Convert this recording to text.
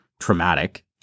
traumatic